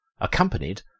accompanied